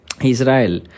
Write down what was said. israel